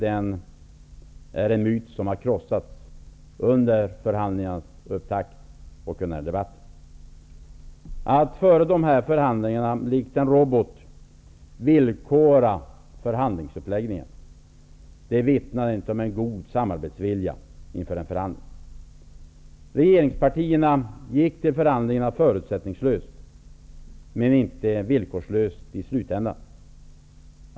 Denna myt krossades under förhandlingarnas upptakt, något som har bekräftats under den här debatten. Likt en robot villkorade han förhandlingsuppläggningen. Det vittnar inte om någon god samarbetsvilja inför en förhandling. Regeringspartierna gick till förhandlingarna förutsättningslöst, men de var inte utan villkor i slutändan.